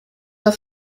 auf